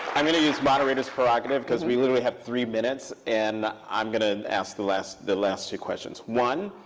i'm going to use moderators prerogative, because we literally have three minutes and i'm going to ask the last the last two questions. one,